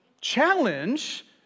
challenge